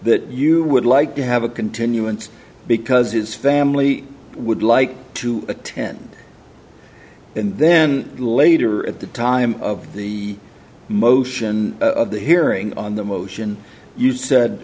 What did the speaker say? that you would like to have a continuance because his family would like to attend and then later at the time of the motion of the hearing on the motion you said